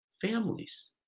families